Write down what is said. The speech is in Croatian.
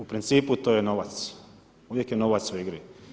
U principu to je novac, uvijek je novac u igri.